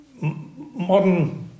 Modern